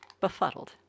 befuddled